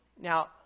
Now